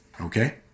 Okay